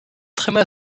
tréma